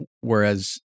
whereas